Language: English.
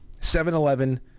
7-Eleven